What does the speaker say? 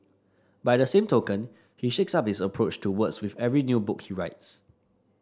by the same token he shakes up his approach to words with every new book he writes